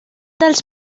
dels